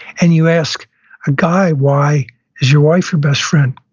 and you ask a guy, why is your wife your best friend?